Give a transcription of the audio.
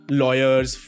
lawyers